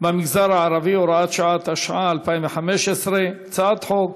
במגזר הערבי (הוראת שעה), התשע"ה 2015, הצעת חוק